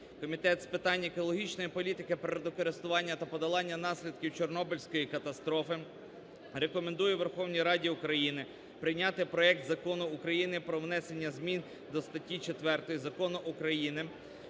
Комітет з питань екологічної політики, природокористування та подолання наслідків Чорнобильської катастрофи рекомендує Верховній Раді України прийняти проект Закону України "Про внесення змін до статті 4 Закону України